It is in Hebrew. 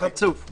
אתה חצוף.